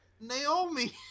Naomi